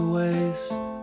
waste